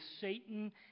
Satan